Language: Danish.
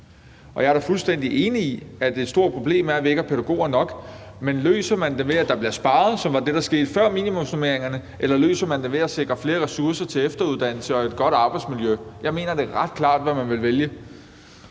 Jeg er da fuldstændig enig i, at det er et stort problem, at vi ikke har pædagoger nok, men spørgsmålet er, om man løser det, ved at der bliver sparet, som var det, der skete før minimumsnormeringerne, eller om man løser det ved at sikre flere ressourcer til efteruddannelse og et godt arbejdsmiljø. Jeg mener, at det er ret klart, hvad man vil vælge.